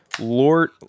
Lord